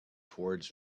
towards